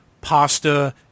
pasta